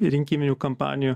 rinkiminių kampanijų